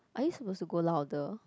are we supposed to go louder